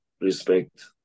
respect